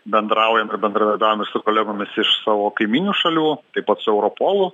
bendraujam ir bendradarbiaujam ir su kolegomis iš savo kaimynių šalių taip pat su europolu